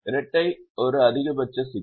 இரட்டை ஒரு அதிகபட்ச சிக்கல்